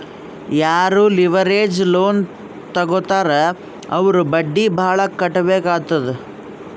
ಯಾರೂ leverage loan ತಗೋತ್ತಾರ್ ಅವ್ರು ಬಡ್ಡಿ ಭಾಳ್ ಕಟ್ಟಬೇಕ್ ಆತ್ತುದ್